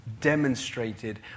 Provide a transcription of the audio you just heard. demonstrated